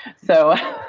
so